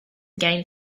again